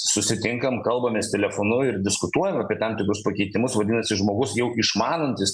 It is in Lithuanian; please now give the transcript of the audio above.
susitinkam kalbamės telefonu ir diskutuojam apie tam tikrus pakeitimus vadinasi žmogus jau išmanantis